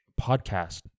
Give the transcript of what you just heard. podcast